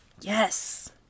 Yes